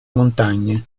montagne